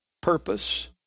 purpose